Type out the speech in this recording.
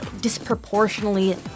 disproportionately